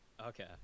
okay